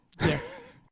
Yes